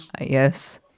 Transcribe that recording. Yes